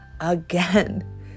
again